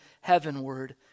heavenward